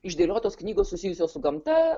išdėliotos knygos susijusios su gamta